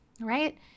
right